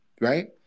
Right